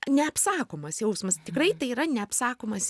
neapsakomas jausmas tikrai tai yra neapsakomas